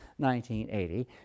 1980